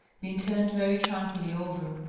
been turned very tranquilly over,